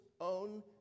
own